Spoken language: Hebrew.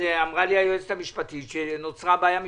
אמרה לי היועצת המשפטית שנוצרה בעיה משפטית.